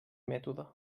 mètode